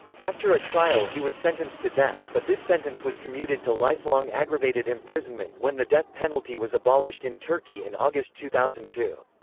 after a trial he was sentenced to death, but this sentence was commuted to lifelong aggravated imprisonment when the death penalty was abolished in turkey in august two thousand and two.